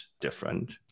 different